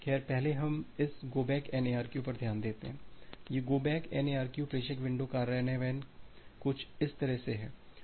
खैर पहले हम इस गो बैक N ARQ पर ध्यान दें यह गो बैक N ARQ प्रेषक विंडो कार्यान्वयन कुछ इस तरह से है